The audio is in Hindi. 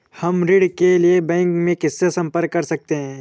हम ऋण के लिए बैंक में किससे संपर्क कर सकते हैं?